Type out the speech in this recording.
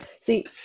see